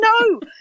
no